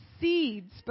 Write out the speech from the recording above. seeds